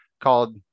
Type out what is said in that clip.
called